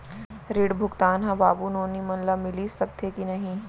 ऋण भुगतान ह बाबू नोनी मन ला मिलिस सकथे की नहीं?